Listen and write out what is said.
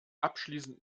abschließend